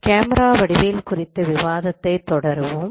camera வடிவியல் குறித்த விவாதத்தைத் தொடருவோம்